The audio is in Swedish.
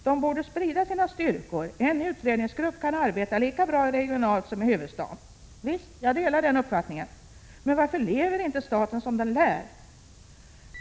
De borde sprida sina styrkor, en utredningsgrupp kan arbeta lika bra regionalt som i huvudstaden.” Visst, jag delar den uppfattningen. Men varför lever inte staten som den lär?